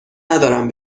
ندارم